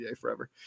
forever